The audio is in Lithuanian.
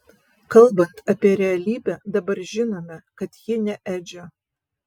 kalbant apie realybę dabar žinome kad ji ne edžio